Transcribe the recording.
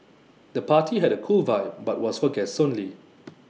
the party had A cool vibe but was for guests only